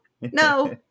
no